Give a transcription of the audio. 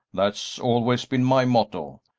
that's always been my motto,